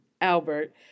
albert